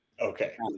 Okay